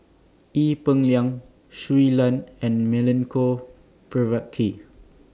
Ee Peng Liang Shui Lan and Milenko Prvacki